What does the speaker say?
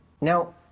Now